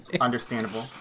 Understandable